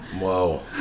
Whoa